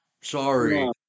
sorry